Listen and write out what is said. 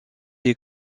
est